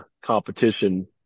competition